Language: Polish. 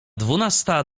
dwunasta